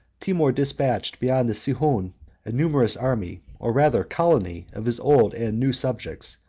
timour despatched beyond the sihoon a numerous army, or rather colony, of his old and new subjects,